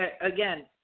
Again